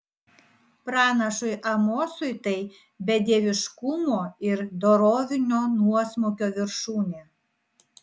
pranašui amosui tai bedieviškumo ir dorovinio nuosmukio viršūnė